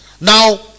now